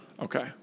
Okay